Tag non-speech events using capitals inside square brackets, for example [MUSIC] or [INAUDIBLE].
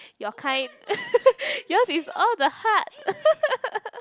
your kind [LAUGHS] yours is all the heart [LAUGHS]